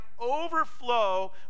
overflow